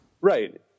Right